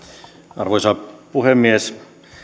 arvoisa puhemies